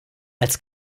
als